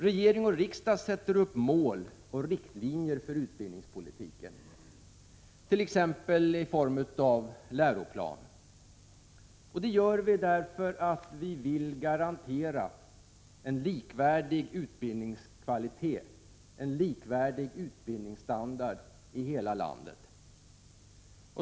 I t.ex. läroplanerna sätter regering och riksdag upp mål och drar upp riktlinjer för utbildningspolitiken. Det gör vi därför att vi vill garantera en likvärdig utbildningskvalitet och en likvärdig utbildningsstandard i hela landet.